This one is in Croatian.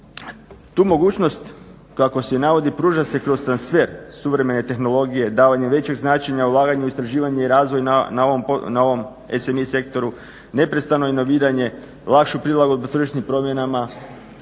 Tu mogućnost kako se navodi pruža se kroz transfer suvremene tehnologije, davanje većeg značenja ulaganju u istraživanje i razvoj na ovom SMI sektoru, neprestano inoviranje, lakšu prilagodbu tržišnim promjenama,